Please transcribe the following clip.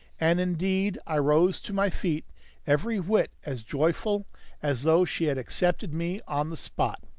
and indeed i rose to my feet every whit as joyful as though she had accepted me on the spot.